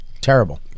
terrible